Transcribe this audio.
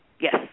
Yes